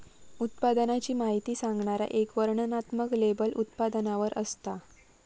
उत्पादनाची माहिती सांगणारा एक वर्णनात्मक लेबल उत्पादनावर असता